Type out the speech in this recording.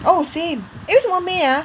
oh same eh 为什么 may ah